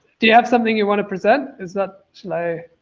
do you have something you wanna present is that, actually?